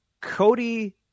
Cody